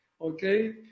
Okay